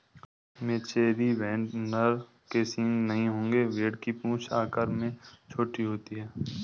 मेचेरी भेड़ नर के सींग नहीं होंगे भेड़ की पूंछ आकार में छोटी होती है